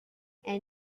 and